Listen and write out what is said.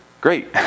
Great